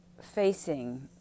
facing